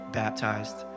baptized